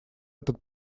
этот